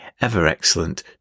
ever-excellent